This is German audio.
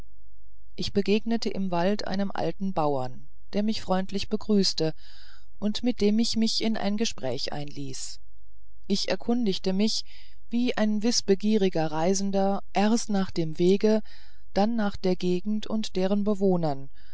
ich begegnete im wald einem alten bauer der mich freundlich begrüßte und mit dem ich mich in gespräch einließ ich erkundigte mich wie ein wißbegieriger reisender erst nach dem wege dann nach der gegend und deren bewohnern